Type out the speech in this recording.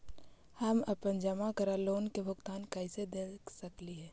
हम अपन जमा करल लोन के भुगतान कैसे देख सकली हे?